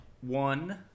one